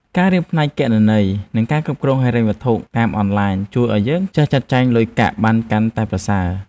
ការរៀនផ្នែកគណនេយ្យ និងការគ្រប់គ្រងហិរញ្ញវត្ថុតាមអនឡាញជួយឱ្យយើងចេះចាត់ចែងលុយកាក់បានកាន់តែប្រសើរ។